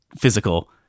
physical